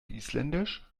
isländisch